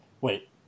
Wait